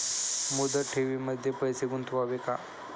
मुदत ठेवींमध्ये पैसे गुंतवावे का?